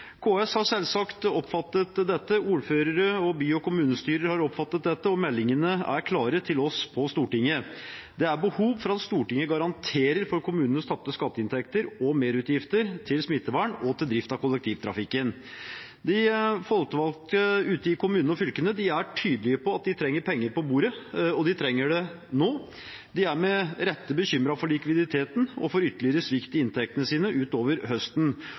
KS har selvsagt oppfattet dette, ordførere og by- og kommunestyrer har oppfattet dette, og meldingene er klare til oss på Stortinget: Det er behov for at Stortinget garanterer for kommunenes tapte skatteinntekter og merutgifter til smittevern og til drift av kollektivtrafikken. De folkevalgte ute i kommunene og fylkene er tydelige på at de trenger penger på bordet, og de trenger det nå. De er med rette bekymret for likviditeten og for ytterligere svikt i inntektene sine utover høsten,